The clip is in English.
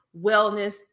wellness